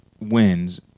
wins